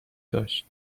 داشت